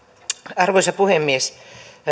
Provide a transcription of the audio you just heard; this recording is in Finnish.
arvoisa puhemies